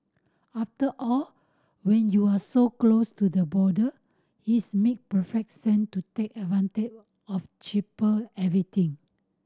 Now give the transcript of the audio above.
after all when you're so close to the border it's make perfect sense to take advantage of cheaper everything